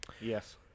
Yes